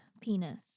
penis